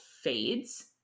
fades